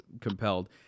compelled